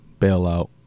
bailout